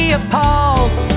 appalled